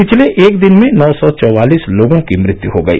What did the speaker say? पिछले एक दिन में नौ सौ चौवालिस लोगों की मृत्यू हो गई